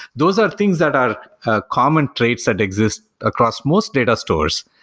those are things that are ah common traits that exist across most data stores.